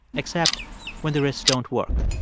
except when the risks don't work.